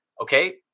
Okay